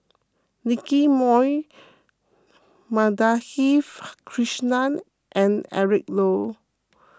Nicky Moey Madhavi Krishnan and Eric Low